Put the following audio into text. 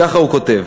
וככה הוא כותב: